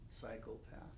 psychopath